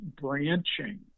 branching